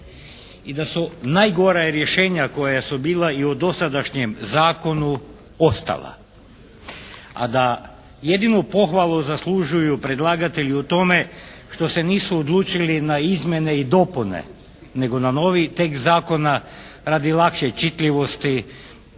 i da su najgora rješenja koja su bila i u dosadašnjem zakonu ostala, a da jedinu pohvalu zaslužuju predlagatelji u tome što se nisu odlučili na izmjene i dopune, nego na novi tekst zakona radi lakše čitljivosti,